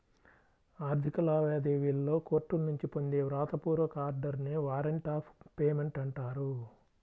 ఆర్థిక లావాదేవీలలో కోర్టుల నుంచి పొందే వ్రాత పూర్వక ఆర్డర్ నే వారెంట్ ఆఫ్ పేమెంట్ అంటారు